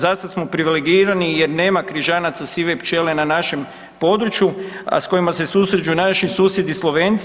Za sad smo privilegirani jer nema križanaca sive pčele na našem području, a s kojima se susreću naši susjedi Slovenci.